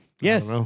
Yes